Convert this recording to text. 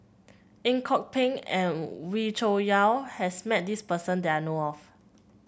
Ang Kok Peng and Wee Cho Yaw has met this person that I know of